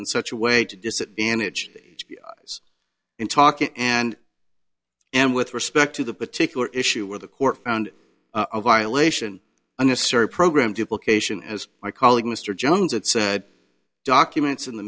in such a way to disadvantage in talking and and with respect to the particular issue where the court found a violation on a certain program duplication as my colleague mr jones it said documents in the